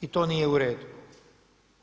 I to nije u redu,